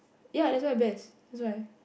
ya that's why best that's why